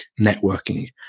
networking